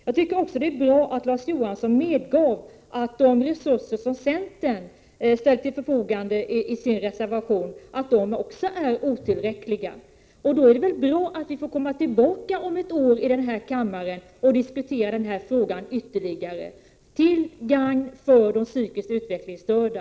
Jag tycker också det är bra att Larz Johansson medgav att också de resurser som centern vill ställa till förfogande genom sin reservation är otillräckliga. Då är det väl bra att vi får komma tillbaka om ett år och diskutera den här frågan ytterligare i kammaren, till gagn för de psykiskt utvecklingsstörda!